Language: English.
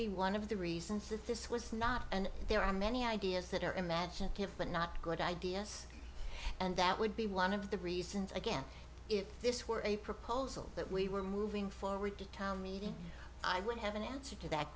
be one of the reasons that this was not and there are many ideas that are imaginative but not good ideas and that would be one of the reasons again if this were a proposal that we were moving forward to town meeting i would have an answer to that